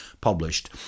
published